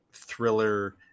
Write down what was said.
thriller